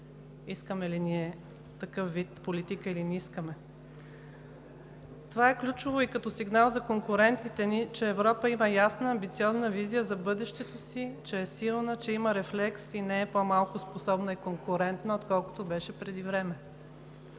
искаме ли ние такъв вид политика, или не искаме? Това е ключово и като сигнал за конкурентите ни, че Европа има ясна амбициозна визия за бъдещето си, че е силна, че има рефлекси, не е по-малко способна и конкурентна, отколкото беше преди време.